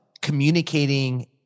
communicating